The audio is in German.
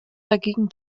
dagegen